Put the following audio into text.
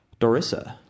Dorissa